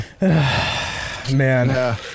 man